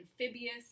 amphibious